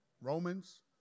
romans